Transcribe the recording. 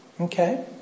Okay